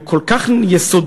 הם כל כך יסודיים,